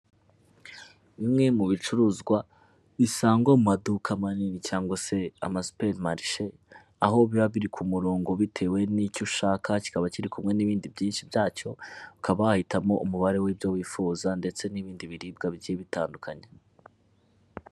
Bimwe mu bicuruzwa bisangwa mu maduka manini cyangwa se amasuperimarishe, aho biba biri ku murongo bitewe n'icyo ushaka, kikaba kiri kumwe n'ibindi byinshi byacyo, ukaba wahitamo umubare w'ibyo wifuza ndetse n'ibindi biribwa bigiye bitandukanye.